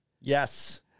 Yes